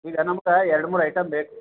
ಈಗ ನಮ್ಗೆ ಎರಡು ಮೂರು ಐಟಮ್ ಬೇಕು